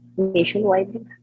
Nationwide